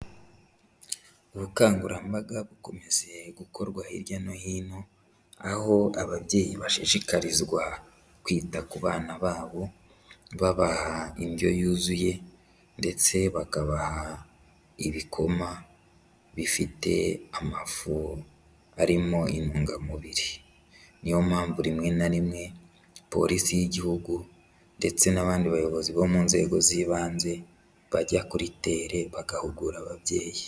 Ubukangurambaga bukomeje gukorwa hirya no hino, aho ababyeyi bashishikarizwa kwita ku bana babo, babaha indyo yuzuye, ndetse bakabaha ibikoma bifite amafu arimo intungamubiri, ni yo mpamvu rimwe na rimwe polisi y'igihugu ndetse n'abandi bayobozi bo mu nzego z'ibanze bajya kuri tere bagahugura ababyeyi.